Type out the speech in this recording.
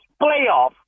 playoff